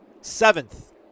seventh